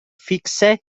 fikse